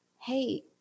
hey